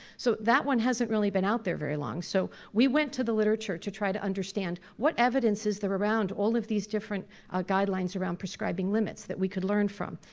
so that one hasn't really been out there very long. so we went to the literature to try to understand what evidence is there around all of these different guidelines around prescribing limits that we could learn from?